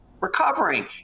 recovering